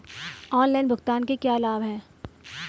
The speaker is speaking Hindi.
ऑनलाइन भुगतान के क्या लाभ हैं?